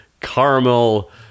caramel